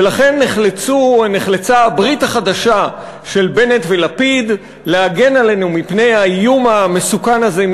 ולכן נחלצה הברית החדשה של בנט ולפיד להגן עלינו מפני האיום המסוכן הזה,